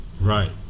Right